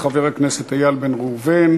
חבר הכנסת איל בן ראובן,